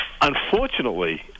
unfortunately